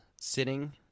sitting